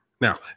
Now